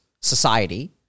society